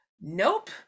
nope